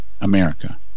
America